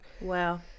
Wow